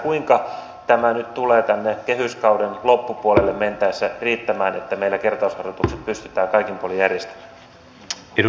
kuinka tämä nyt tulee tänne kehyskauden loppupuolelle mentäessä riittämään että meillä kertausharjoitukset pystytään kaikin puolin järjestämään